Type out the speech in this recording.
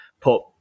put